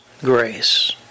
grace